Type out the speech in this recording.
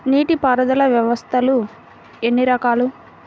నీటిపారుదల వ్యవస్థలు ఎన్ని రకాలు?